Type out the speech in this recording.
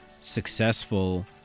successful